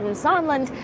and sondland,